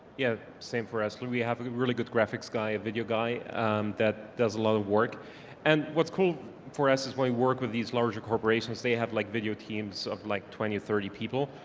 yeah, same for us. we have a really good graphics guy, a video guy that does a lot of work and what's cool for us is going work with these larger corporations, they have like video teams of like twenty or thirty people.